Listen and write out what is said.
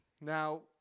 Now